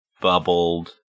bubbled